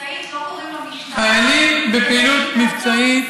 כי זה חיילים בפעילות מבצעית.